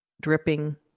dripping